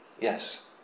Yes